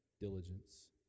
diligence